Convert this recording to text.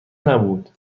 نبود